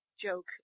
Joke